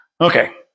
Okay